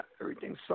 everything's